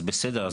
אז בסדר,